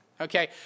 okay